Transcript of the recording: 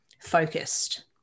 focused